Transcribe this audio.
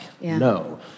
No